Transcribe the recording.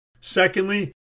Secondly